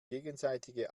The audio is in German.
gegenseitige